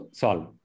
solve